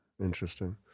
Interesting